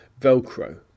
Velcro